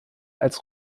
als